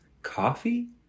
coffee